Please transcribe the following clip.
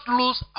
lose